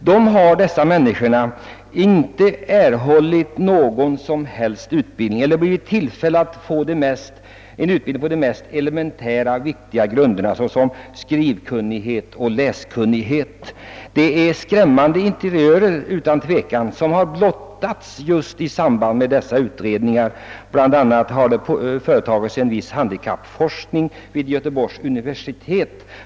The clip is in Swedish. De har inte fått utbildning ens på det mest elementära stadiet; de är varken läseller skrivkunniga. Det är utan tvekan skrämmande interiörer som har blottats bl.a. genom den handikappforskning som har bedrivits vid Göteborgs universitet.